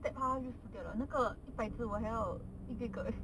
stab 它就死掉 liao 那个一百只我还要一个一个 eh